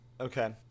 Okay